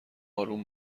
آروم